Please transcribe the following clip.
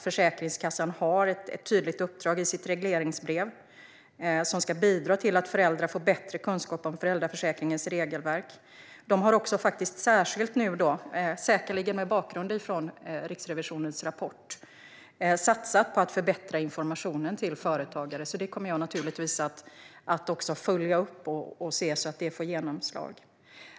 Försäkringskassan har också ett tydligt uppdrag i sitt regleringsbrev som ska bidra till att föräldrar får bättre kunskap om föräldraförsäkringens regelverk. De har också faktiskt nu, säkerligen med Riksrevisionens rapport som grund, satsat på att förbättra informationen till företagare. Jag kommer naturligtvis att följa upp det och se att det får genomslag.